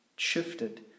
shifted